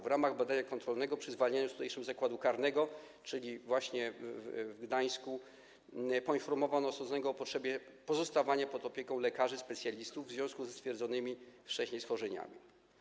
W ramach badania kontrolnego przy zwalnianiu z zakładu karnego, czyli właśnie w Gdańsku, poinformowano skazanego o potrzebie pozostawania pod opieką lekarzy specjalistów w związku ze stwierdzonymi wcześniej schorzeniami.